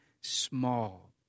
small